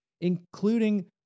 including